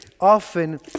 often